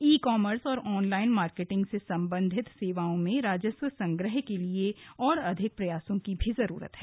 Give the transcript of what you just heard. ई commerce और online marketing से संबंधित सेवाओं में राजस्व संग्रह के लिए और अधिक प्रयासों की जरूरत है